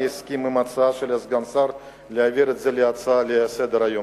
אני אסכים להצעה של השר להעביר את זה להצעה לסדר-היום.